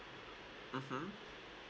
mmhmm